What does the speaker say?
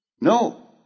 No